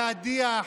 להדיח,